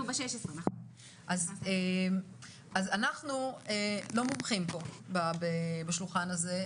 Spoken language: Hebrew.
אנחנו לא מומחים בשולחן הזה.